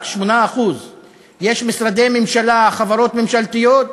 רק 8%. יש משרדי ממשלה, חברות ממשלתיות,